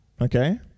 okay